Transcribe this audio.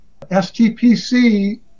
STPC